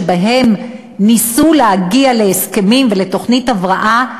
שבהם ניסו להגיע להסכמים ולתוכנית הבראה,